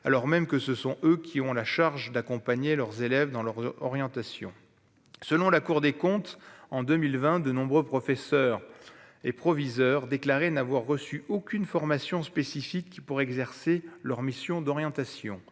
alors même que ce sont eux qui ont la charge d'accompagner leurs élèves dans leur orientation, selon la Cour des comptes en 2020 de nombreux professeurs et proviseurs déclaré n'avoir reçu aucune formation spécifique qui pourrait exercer leur missions d'orientation,